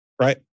right